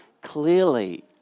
clearly